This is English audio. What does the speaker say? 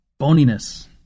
boniness